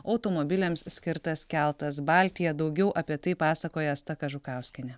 automobiliams skirtas keltas baltija daugiau apie tai pasakoja asta kažukauskienė